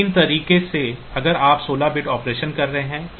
तो इन तरीकों से अगर आप 16 बिट ऑपरेशन कर रहे हैं